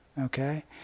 okay